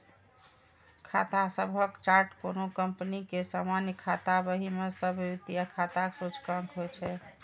खाता सभक चार्ट कोनो कंपनी के सामान्य खाता बही मे सब वित्तीय खाताक सूचकांक होइ छै